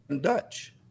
dutch